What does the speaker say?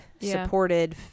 supported